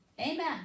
Amen